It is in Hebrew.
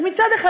אז מצד אחד,